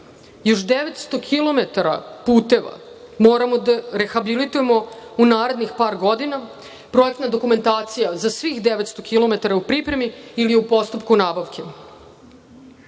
još 900 km puteva moramo da rehabilitujemo u narednih par godina. Projektna dokumentacija, za svih 900 km, je u pripremi ili je u postupku nabavke.